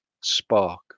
spark